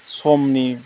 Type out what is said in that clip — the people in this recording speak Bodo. समनि